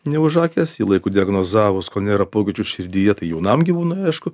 neužakęsjį laiku diagnozavus kol nėra pokyčių širdyje tai jaunam gyvūnui aišku